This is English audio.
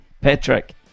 Patrick